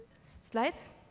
slides